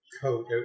coat